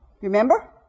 Remember